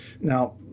Now